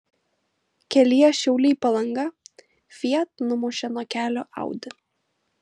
kelyje šiauliai palanga fiat numušė nuo kelio audi